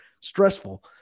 stressful